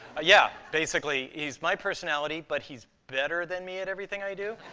yeah. basically, he's my personality, but he's better than me at everything i do.